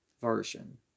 Version